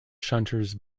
shunters